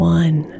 one